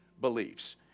beliefs